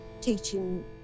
teaching